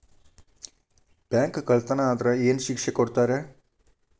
Bank ಕಳ್ಳತನಾ ಆದ್ರ ಏನ್ ಶಿಕ್ಷೆ ಕೊಡ್ತಾರ?